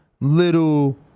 little